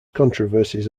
controversies